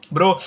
Bro